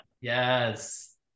yes